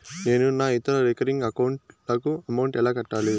నేను నా ఇతర రికరింగ్ అకౌంట్ లకు అమౌంట్ ఎలా కట్టాలి?